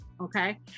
okay